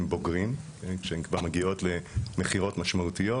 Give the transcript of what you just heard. בוגרים כשהן כבר מגיעות למכירות משמעותיות,